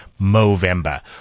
Movember